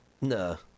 No